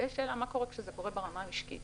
ויש שאלה מה קורה כשזה קורה ברמה המשקית